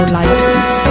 license